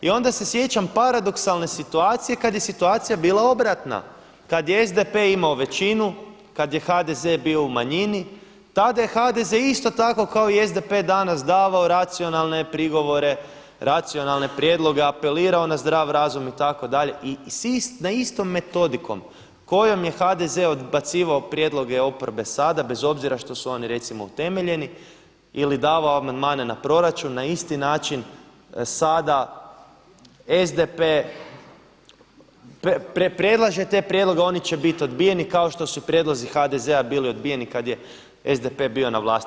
I onda se sjećam paradoksalne situacije kada je situacija bila obratna, kada je SDP imao većinu, kada je HDZ bio u manjini, tada je HDZ isto tako kao i SDP danas davao racionalne prigovore, racionalne prijedloge, apelirao na zdrav razum itd. i istom metodikom kojom je HDZ odbacivao prijedloge oporbe sada bez obzira što su oni recimo utemeljeni ili davao amandmane na proračun na isti način sada SDP predlaže te prijedloge oni će biti odbijeni kao što su i prijedlozi HDZ bili odbijeni kada je SDP bio na vlasti.